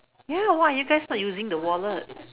ya why are you guys not using the wallet